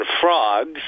frogs